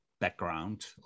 background